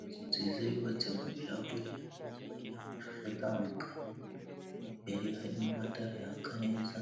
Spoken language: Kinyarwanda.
Inzu nziza yubatse mu birahure igiye iriho amashusho atandukanye n'imbere harimo amatara yaka neza,